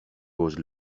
was